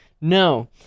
No